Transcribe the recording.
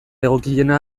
egokiena